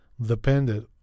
depended